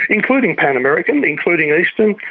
including pan american, including eastern,